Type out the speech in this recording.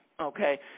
Okay